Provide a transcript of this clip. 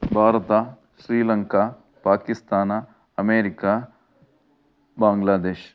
Bharat Sri Lanka Pakistan America Bangladesh